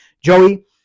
Joey